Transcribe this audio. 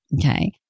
Okay